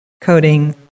coding